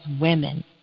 women